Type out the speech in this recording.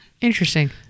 Interesting